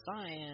science